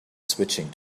switching